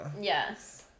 Yes